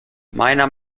meiner